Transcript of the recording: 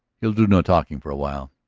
he'll do no talking for a while.